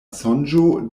sonĝo